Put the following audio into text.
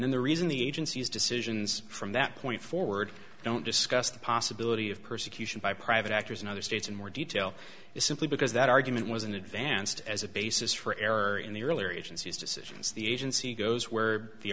then the reason the agency's decisions from that point forward don't discuss the possibility of persecution by private actors in other states and more detail is simply because that argument wasn't advanced as a basis for error in the earlier agencies decisions the agency goes where the